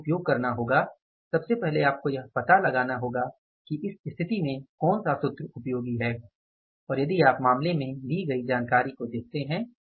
आपको उपयोग करना होगा सबसे पहले आपको यह पता लगाना होगा कि इस स्थिति में कौन सा उपयोगी है और यदि आप मामले में दी गई जानकारी को देखते हैं